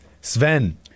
Sven